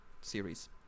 series